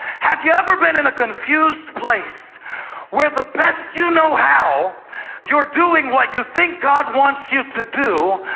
have you ever been in a confused place where the best you know how you're doing what you think god wants you to do,